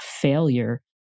failure